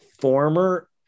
former